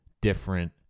different